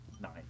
Nine